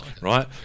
right